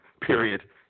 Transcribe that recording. period